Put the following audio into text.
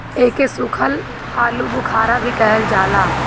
एके सुखल आलूबुखारा भी कहल जाला